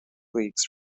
leagues